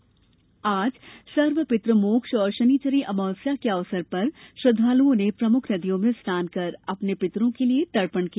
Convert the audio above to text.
पितृमोक्ष आज सर्व पितृमोक्ष और शनिश्चरी अमावस्या के अवसर पर श्रद्वालुओं ने प्रमुख नदियों में स्नान कर अपने पितरों के लिये तर्पण किया